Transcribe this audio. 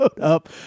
up